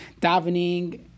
davening